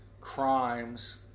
crimes